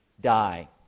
die